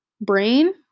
brain